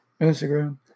Instagram